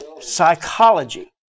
psychology